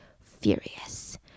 furious